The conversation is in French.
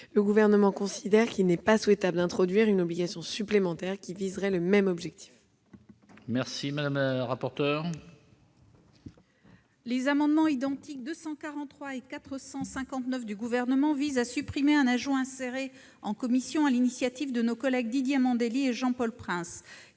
Le Gouvernement considère qu'il n'est pas souhaitable d'introduire une obligation supplémentaire qui viserait le même objectif. Quel est l'avis de la commission ? Les amendements identiques n 243 rectifié et 459 visent à supprimer un ajout inséré en commission sur l'initiative de nos collègues Didier Mandelli et Jean-Paul Prince,